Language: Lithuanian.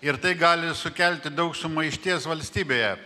ir tai gali sukelti daug sumaišties valstybėje